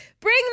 Bring